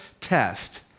test